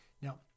Now